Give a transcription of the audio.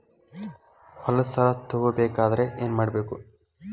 ಹೊಲದ ಸಾಲ ತಗೋಬೇಕಾದ್ರೆ ಏನ್ಮಾಡಬೇಕು?